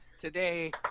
Today